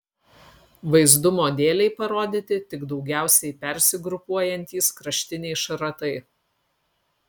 vaizdumo dėlei parodyti tik daugiausiai persigrupuojantys kraštiniai šratai